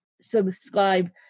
subscribe